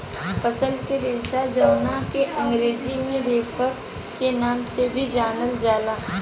फल के रेशा जावना के अंग्रेजी में रफेज के नाम से भी जानल जाला